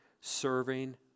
serving